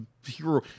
hero